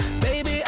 baby